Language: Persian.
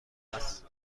است